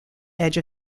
edge